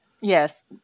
Yes